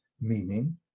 meaning